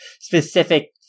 specific